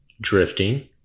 drifting